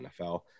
NFL